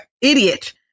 idiot